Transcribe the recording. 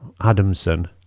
Adamson